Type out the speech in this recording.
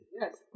Yes